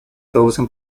producen